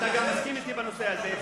אתה גם מסכים אתי בנושא הזה,